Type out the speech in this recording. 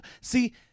See